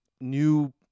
new